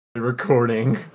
Recording